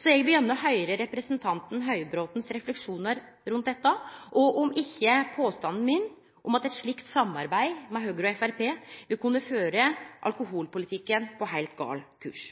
Så eg vil gjerne høyre representanten Høybråtens refleksjonar rundt dette og om ikkje eit slikt samarbeid med Høgre og Framstegspartiet vil kunne føre alkoholpolitikken på heilt gal kurs.